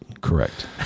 Correct